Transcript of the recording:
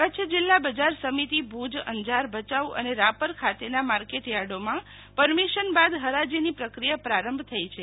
કચ્છ જિલ્લા બજાર સમિતિ ભુજ અંજાર ભચાઉ અને રાપર ખાતેના માર્કેટયાર્ડોમાં પરમીશન બાદ હરાજીની પ્રક્રિયા પ્રારંભ થઈ છે